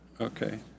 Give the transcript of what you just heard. Okay